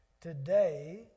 today